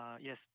Yes